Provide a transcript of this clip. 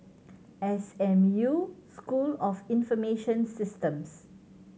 S M U School of Information Systems